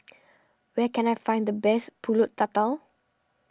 where can I find the best Pulut Tatal